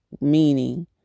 Meaning